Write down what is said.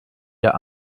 ihr